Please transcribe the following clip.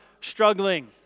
struggling